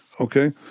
okay